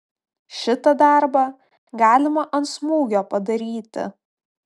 šitą darbą galima ant smūgio padaryti